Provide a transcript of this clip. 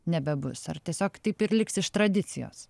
nebebus ar tiesiog taip ir liks iš tradicijos